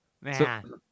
Man